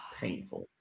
painful